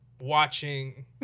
watching